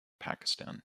pakistan